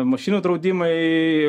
mašinų draudimai